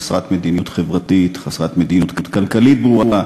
חסרת מדיניות חברתית, חסרת מדיניות כללית ברורה,